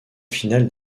finale